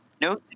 No